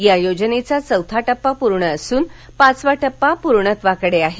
या योजनेचा चौथा टप्पा पूर्ण असून पाचवा टप्पा पूर्णत्वाकडे आहे